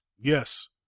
yes